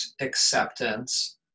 acceptance